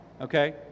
okay